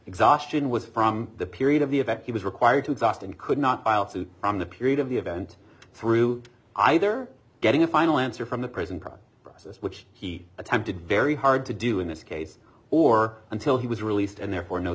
exhaustion was from the period of the event he was required to exhaust and could not from the period of the event through either getting a final answer from the prison proper process which he attempted very hard to do in this case or until he was released and therefore no